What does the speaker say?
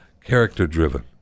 character-driven